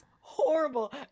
horrible